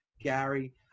Gary